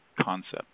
concept